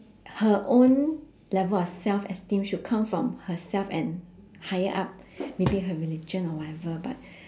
her own level of self esteem should come from herself and higher up maybe her religion or whatever but